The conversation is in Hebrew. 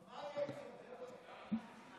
חבריי חברי הכנסת, אדוני